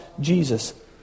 Jesus